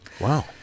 Wow